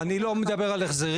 אני לא מדבר על החזרים,